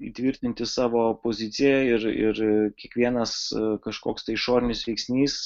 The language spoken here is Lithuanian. įtvirtinti savo poziciją ir ir kiekvienas kažkoks tai išorinis veiksnys